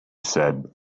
said